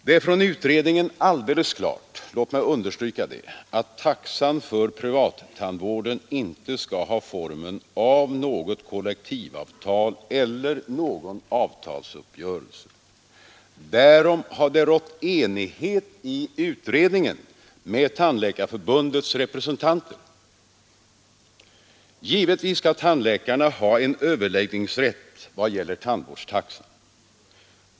Det är från utredningen alldeles klart — låt mig understryka det — att taxan för privattandvården inte skall ha formen av något kollektivavtal eller någon avtalsuppgörelse. Därom har det rått enighet i utredningen med Tandläkarförbundets representanter. Givetvis skall tandläkarna ha en överläggningsrätt vad gäller tandvårdstaxan.